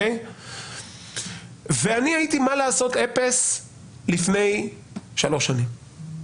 ומה לעשות אני הייתי אפס לפני שלוש שנים,